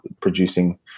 producing